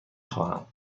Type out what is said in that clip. خواهم